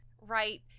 right